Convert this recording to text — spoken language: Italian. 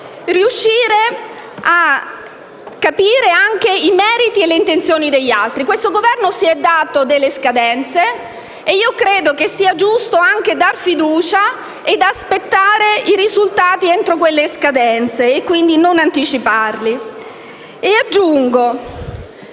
riuscire a capire anche i meriti e le intenzioni degli altri. Questo Governo si è dato delle scadenze e credo sia giusto dargli fiducia e aspettare i risultati entro quelle scadenze, senza anticiparli. E aggiungo,